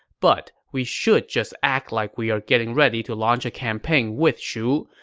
but we should just act like we are getting ready to launch a campaign with shu.